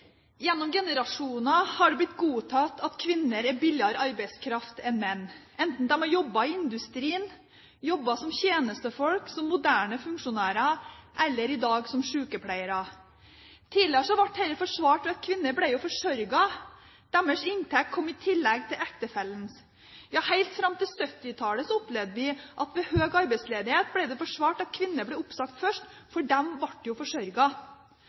Gjennom generasjoner har det blitt godtatt at kvinner er billigere arbeidskraft enn menn, enten de har jobbet i industrien, jobbet som tjenestefolk, som moderne funksjonærer eller i dag som sykepleiere. Tidligere ble dette forsvart ved at kvinner ble jo forsørget. Deres inntekt kom i tillegg til ektefellens. Ja, helt fram til 1970-tallet opplevde vi at ved høy arbeidsledighet ble det forsvart at kvinner ble oppsagt først, for de ble jo